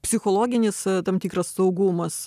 psichologinis tam tikras saugumas